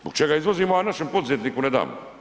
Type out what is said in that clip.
Zbog čega izvozimo, a našem poduzetniku ne damo?